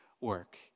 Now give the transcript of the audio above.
work